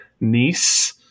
niece